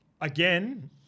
again